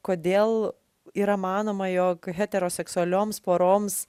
kodėl yra manoma jog heteroseksualioms poroms